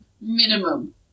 minimum